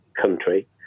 country